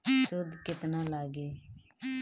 सूद केतना लागी?